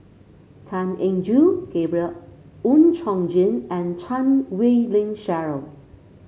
Tan Eng Joo Gabriel Oon Chong Jin and Chan Wei Ling Cheryl